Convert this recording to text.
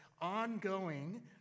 ongoing